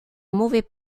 mauvais